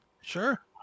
sure